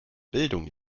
bildung